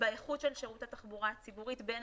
באיכות של שירותי תחבורה ציבורית בין